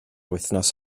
wythnos